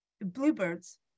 Bluebirds